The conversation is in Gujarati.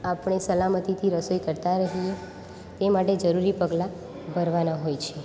આપણે સલામતીથી રસોઈ કરતાં રહીએ એ માટે જરૂરી પગલાં ભરવાના હોય છે